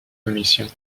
commission